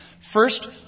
First